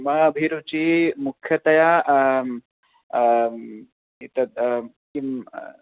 मम अभिरुचिः मुख्यतया एतत् किम्